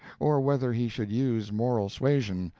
or whether he should use moral suasion,